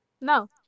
no